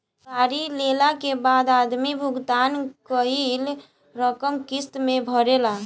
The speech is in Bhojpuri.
गाड़ी लेला के बाद आदमी भुगतान कईल रकम किस्त में भरेला